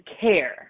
care